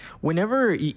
Whenever